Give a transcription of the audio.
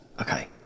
okay